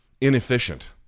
inefficient